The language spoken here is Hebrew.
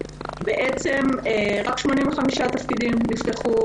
בעצם רק 85 תפקידים נפתחו